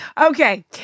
Okay